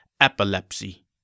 epilepsy